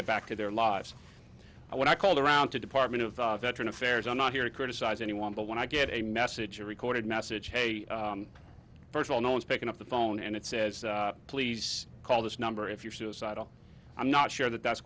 get back to their lives and when i called around to department of veteran affairs i'm not here to criticize anyone but when i get a message a recorded message hey first of all no one's picking up the phone and it says please call this number if you're suicidal i'm not sure that that's